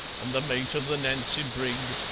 and the mate of the nancy brig,